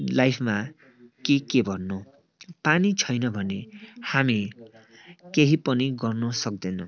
लाइफमा के के भन्नु पानी छैन भने हामी केही पनि गर्नु सक्देनौँ